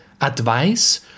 advice